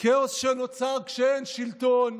כל מה שאתם עושים, כאוס שנוצר כשאין שלטון.